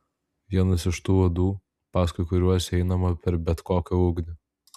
vienas iš tų vadų paskui kuriuos einama per bet kokią ugnį